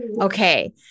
okay